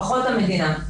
פחות המדינה.